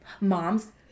mom's